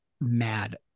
mad